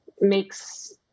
makes